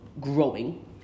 growing